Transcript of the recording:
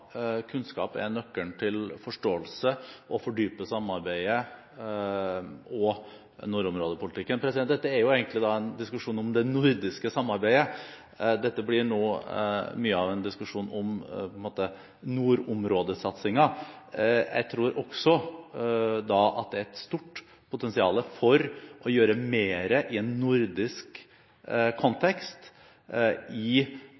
Kunnskap er nøkkelen til forståelse og samarbeid om nordområdepolitikken. Dette er egentlig en diskusjon om det nordiske samarbeidet. Dette blir nå mye av en diskusjon om nordområdesatsingen. Jeg tror også det er et stort potensial for å gjøre mer i en nordisk kontekst i